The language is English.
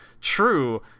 true